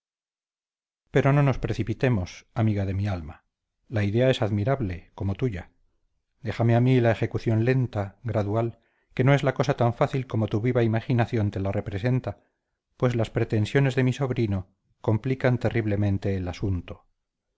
pero no nos precipitemos amiga de mi alma la idea es admirable como tuya déjame a mí la ejecución lenta gradual que no es la cosa tan fácil como tu viva imaginación te la representa pues las pretensiones de mi sobrino complican terriblemente el asunto